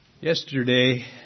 Yesterday